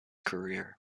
career